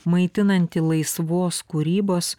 maitinantį laisvos kūrybos